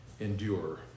endure